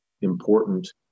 important